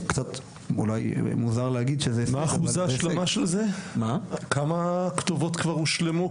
קצת אולי מוזר להגיד, כמה כתובות כבר הושלמו?